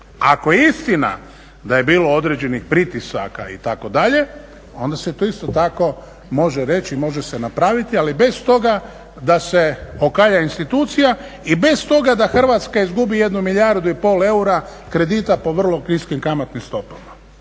Ako je istina da je bilo određenih pritisaka, itd. onda se to isto tako može reći, može se napraviti, ali bez toga da se okalja institucija i bez toga da Hrvatska izgubi jednu milijardu i pol eura kredita po vrlo niskim kamatnim stopama